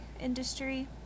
industry